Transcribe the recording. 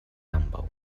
ambaŭ